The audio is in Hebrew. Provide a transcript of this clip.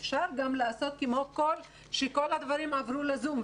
אפשר גם לעשות כשכל הדברים עברו לזום,